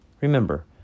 Remember